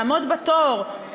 לעמוד בתור,